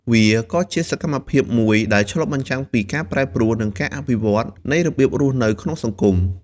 វាក៏ជាសកម្មភាពមួយដែលឆ្លុះបញ្ចាំងពីការប្រែប្រួល និងការអភិវឌ្ឍនៃរបៀបរស់នៅក្នុងសង្គម។